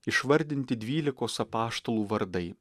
išvardinti dvylikos apaštalų vardai